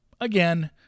again